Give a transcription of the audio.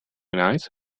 knights